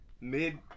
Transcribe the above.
mid